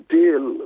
deal